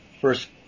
first